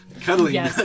cuddling